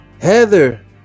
Heather